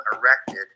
erected